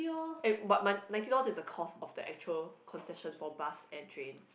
eh but my ninety dollars is the cost of the actual concession for bus and train